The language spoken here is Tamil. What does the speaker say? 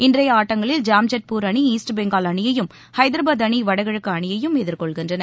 இன்றைய ஆட்டங்களில் ஜாம்ஷெட்பூர் அணி ஈஸ்ட் பெங்கால் அணியையும் ஹைதராபாத் அணி வடகிழக்கு அணியையும் எதிர்கொள்கின்றன